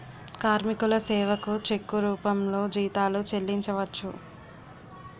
కార్మికుల సేవకు చెక్కు రూపంలో జీతాలు చెల్లించవచ్చు